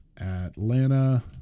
atlanta